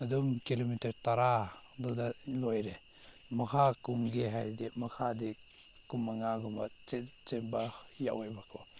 ꯑꯗꯨꯝ ꯀꯤꯂꯣꯃꯦꯇꯔ ꯇꯔꯥ ꯑꯗꯨꯗ ꯂꯣꯏꯔꯦ ꯃꯈꯥ ꯀꯨꯝꯒꯦ ꯍꯥꯏꯔꯗꯤ ꯃꯈꯥꯗꯤ ꯀꯨꯟꯃꯉꯥꯒꯨꯝꯕ ꯆꯦꯟꯕ ꯌꯥꯎꯋꯦꯕꯀꯣ